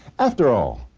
after all,